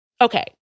Okay